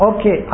Okay